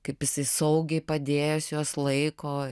kaip jisai saugiai padėjęs juos laiko